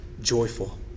joyful